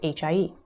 HIE